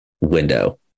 window